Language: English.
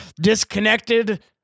disconnected